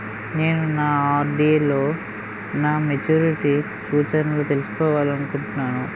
నేను నా ఆర్.డి లో నా మెచ్యూరిటీ సూచనలను తెలుసుకోవాలనుకుంటున్నాను